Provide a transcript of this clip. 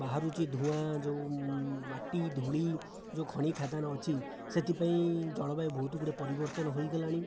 ବାହାରୁଛି ଧୂଆଁ ଯେଉଁ ମାଟି ଧୁଳି ଯେଉଁ ଖଣି ଖାଦାନ ଅଛି ସେଥିପାଇଁ ଜଳବାୟୁ ବହୁତ ଗୁଡ଼ାଏ ପରିବର୍ତ୍ତନ ହୋଇଗଲାଣି